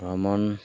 ভ্ৰমণ